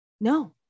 No